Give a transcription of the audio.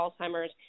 Alzheimer's